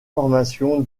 formation